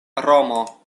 romo